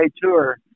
Tour